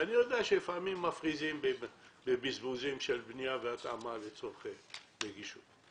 ואני יודע שלפעמים מפריזים בבזבוזים של בנייה והתאמה לצורכי נגישות,